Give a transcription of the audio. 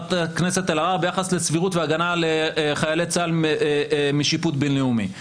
חברת הכנסת אלהרר ביחס לסבירות והגנה על חיילי צה"ל משיפוט בין-לאומי.